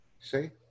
See